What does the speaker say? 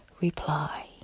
reply